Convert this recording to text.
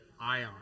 Ion